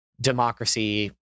democracy